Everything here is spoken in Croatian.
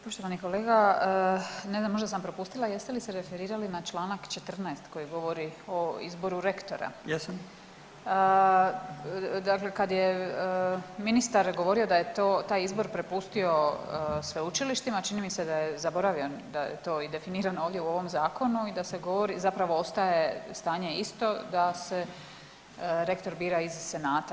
Poštovani kolega, ne znam možda sam propustila jeste li se referirali na članak 14. koji govori o izboru rektora [[Upadica Bakić: Jesam.]] Dakle kad je ministar govorio da je taj izbor prepustio sveučilištima čini mi se da je zaboravio da je to definirano ovdje u ovom zakonu i da se govori, zapravo ostaje stanje isto da se rektor bira iz Senata.